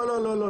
לא, לא.